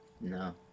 No